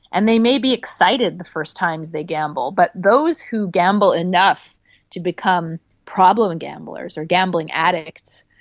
and they may be excited the first times they gamble, but those who gamble enough to become problem and gamblers or gambling addicts,